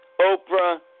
Oprah